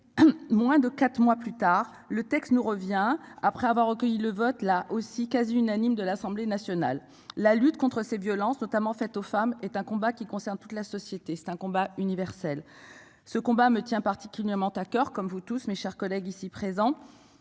Moins de 4 mois plus tard, le texte nous revient après avoir recueilli le vote là aussi quasi unanime de l'Assemblée nationale, la lutte contre ces violences notamment faite aux femmes est un combat qui concerne toute la société, c'est un combat universel ce combat me tient particulièrement à coeur comme vous tous mes chers collègues ici présents.